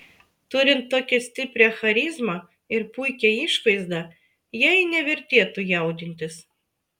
turint tokią stiprią charizmą ir puikią išvaizdą jai nevertėtų jaudintis